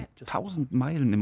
and thousand miles